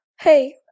Hey